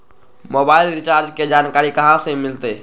Mobile recharge के जानकारी कहा से मिलतै?